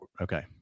Okay